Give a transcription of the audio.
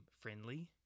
friendly